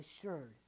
assured